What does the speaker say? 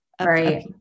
Right